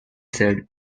said